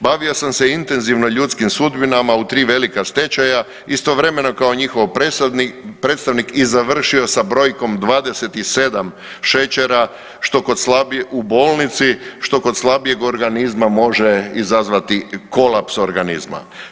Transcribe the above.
Bavio sam se intenzivno ljudskim sudbinama u 3 velika stečaja, istovremeno kao njihov predstavnik i završio sa brojkom 27 šećera što kod slabijeg, u bolnici, što kod slabijeg organizma može izazvati kolaps organizma.